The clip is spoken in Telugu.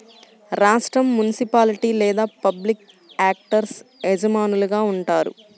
రాష్ట్రం, మునిసిపాలిటీ లేదా పబ్లిక్ యాక్టర్స్ యజమానులుగా ఉంటారు